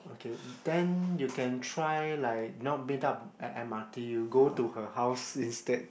okay then you can try like not meet up at m_r_t you go to her house instead